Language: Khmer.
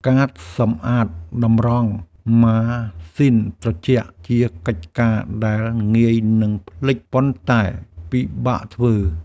ការសម្អាតតម្រងម៉ាស៊ីនត្រជាក់ ជាកិច្ចការដែលងាយនឹងភ្លេច ប៉ុន្តែពិបាកធ្វើ។